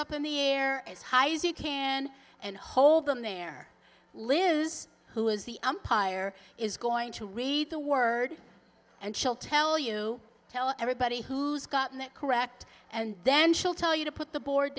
up in the air as high as you can and hold them their lives who is the umpire is going to read the word and she'll tell you tell everybody who's gotten it correct and then she'll tell you to put the board